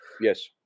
Yes